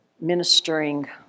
ministering